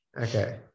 Okay